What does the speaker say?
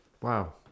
Wow